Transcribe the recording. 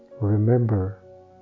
Remember